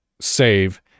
save